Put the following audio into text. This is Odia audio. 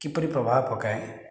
କିପରି ପ୍ରଭାବ ପକାଏ